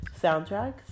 soundtracks